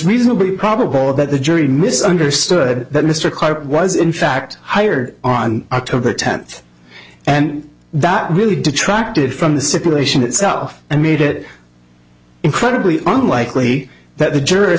reasonably probable that the jury mis understood that mr clark was in fact hired on october tenth and that really detracted from the situation itself and made it incredibly unlikely that the jurors